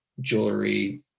jewelry